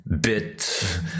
Bit